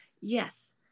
yes